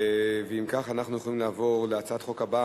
ואם כך, אנחנו יכולים לעבור להצעת החוק הבאה.